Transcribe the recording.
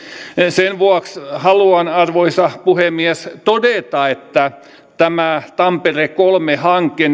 sen vuoksi haluan arvoisa puhemies todeta että tämä tampere kolme hanke